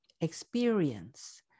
experience